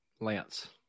Lance